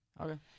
Okay